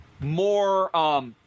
more